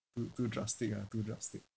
too too drastic ah too drastic